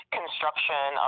construction